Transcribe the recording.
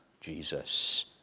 Jesus